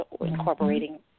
incorporating